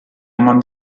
among